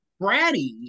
bratty